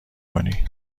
کنی